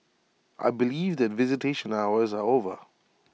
I believe that visitation hours are over